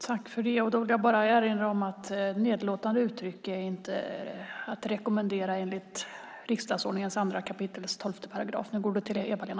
Jag vill bara erinra om att nedlåtande uttryck inte är att rekommendera enligt riksdagsordningen 2 kap. 12 §.